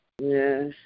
Yes